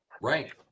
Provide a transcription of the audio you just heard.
Right